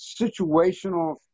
situational